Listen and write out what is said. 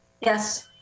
Yes